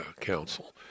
Council